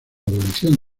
abolición